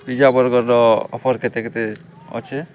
pizza ବର୍ଗର୍ର offer କେତେ କେତେ ଅଛେ